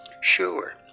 sure